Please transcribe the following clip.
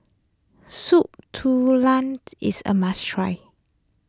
Soup Tulang is a must try